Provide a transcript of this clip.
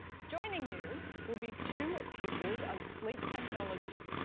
joining you will be two pieces of sleep technology.